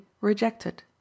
rejected